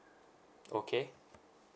okay